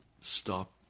stop